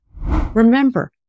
Remember